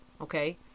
Okay